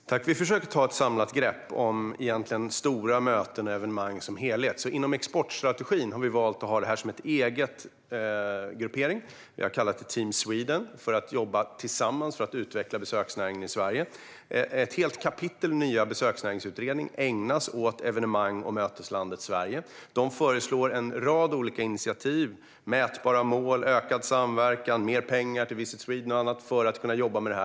Fru talman! Vi försöker att ta ett samlat grepp om stora möten och evenemang som helhet. Inom exportstrategin har vi valt att ha det här som en egen gruppering som vi har kallat för Team Sweden. Man ska jobba tillsammans för att utveckla besöksnäringen i Sverige. Ett helt kapitel i nya besöksnäringsutredningen ägnas åt evenemang och möteslandet Sverige. Man föreslår en rad olika initiativ: mätbara mål, ökad samverkan, mer pengar till Business Sweden och annat för att kunna jobba med detta.